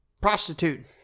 prostitute